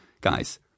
guys